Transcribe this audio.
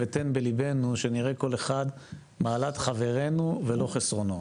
תן בליבנו שנראה כל אחד מעלת חברינו ולא חסרונם'.